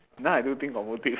now I don't think of motive